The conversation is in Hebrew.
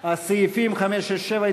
על הסתייגות ראשית מס' 34,